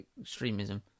extremism